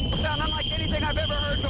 sound unlikenything i've ever